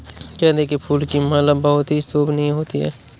गेंदे के फूल की माला बहुत ही शोभनीय होती है